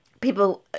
people